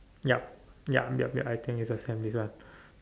yup yup yup yup I think is the same this one